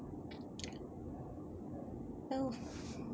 oh